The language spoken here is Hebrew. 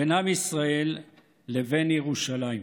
בין עם ישראל לבין ירושלים.